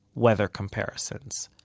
weather comparisons.